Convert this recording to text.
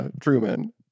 Truman